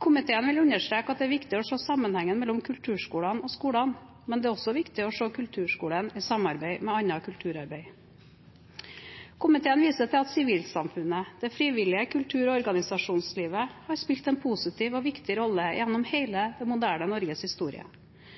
Komiteen vil understreke at det er viktig å se sammenhengen mellom kulturskolene og skolene, men det er også viktig å se kulturskolen i sammenheng med annet kulturarbeid. Komiteen viser til at sivilsamfunnet – det frivillige kultur- og organisasjonslivet – har spilt en positiv og viktig rolle gjennom hele det moderne Norges historie.